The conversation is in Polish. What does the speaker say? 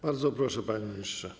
Bardzo proszę, panie ministrze.